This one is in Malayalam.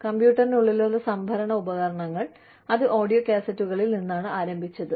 കമ്പ്യൂട്ടറിനുള്ള സംഭരണ ഉപകരണങ്ങൾ അത് ഓഡിയോ കാസറ്റുകളിൽ നിന്നാണ് ആരംഭിച്ചത്